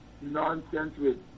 nonsense